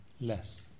less